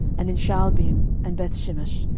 and in shaalbim, and bethshemesh,